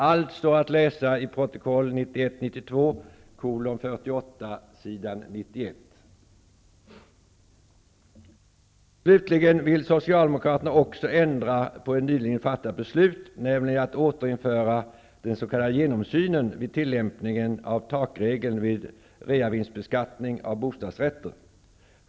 Allt som Anita Johansson sade i den tidigare debatten står att läsa i protokoll 1991/92:48 Socialdemokraterna vill också ändra på ett nyligen fattat beslut, nämligen återinförandet av den s.k. genomsynen vid tillämpningen av takregeln vid reavinstbeskattning av bostadsrätter.